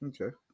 Okay